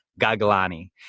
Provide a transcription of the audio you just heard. Gaglani